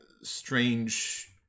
strange